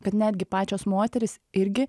kad netgi pačios moterys irgi